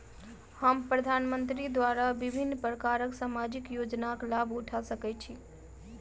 हम प्रधानमंत्री द्वारा विभिन्न प्रकारक सामाजिक योजनाक लाभ उठा सकै छी?